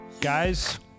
Guys